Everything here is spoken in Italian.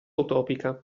utopica